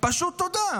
פשוט תודה.